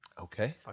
Okay